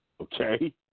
Okay